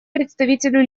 представителю